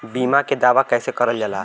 बीमा के दावा कैसे करल जाला?